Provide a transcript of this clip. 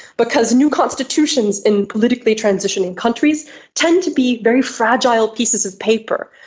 because new constitutions in politically transitioning countries tend to be very fragile pieces of paper,